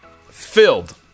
filled